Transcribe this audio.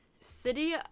city